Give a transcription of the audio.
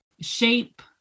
shape